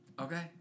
Okay